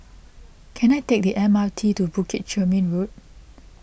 can I take the M R T to Bukit Chermin Road